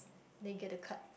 then you get to cut